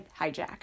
hijacked